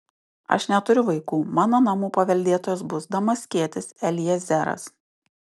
aš neturiu vaikų mano namų paveldėtojas bus damaskietis eliezeras